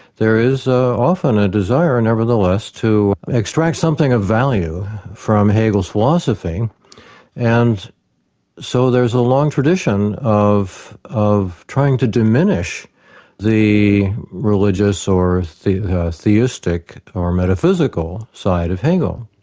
there is often a desire nevertheless, to extract something of value from hegel's philosophy and so there's a long tradition of of trying to diminish the religious or theistic or metaphysical side of hegel,